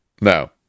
No